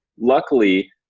Luckily